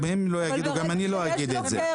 גם אני וגם הם לא נאמר את זה.